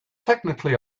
technically